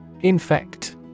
Infect